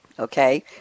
Okay